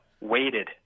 waited